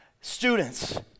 Students